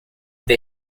they